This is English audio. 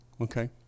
Okay